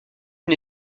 une